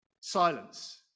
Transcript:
Silence